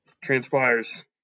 transpires